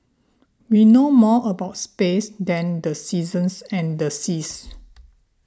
we know more about space than the seasons and the seas